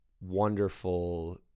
wonderful